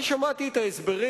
אני שמעתי את ההסברים,